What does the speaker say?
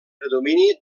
predomini